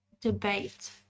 debate